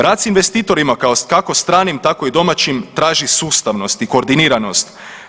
Rad s investitorima, kako stranim, tako i domaćim, traži sustavnost i koordiniranost.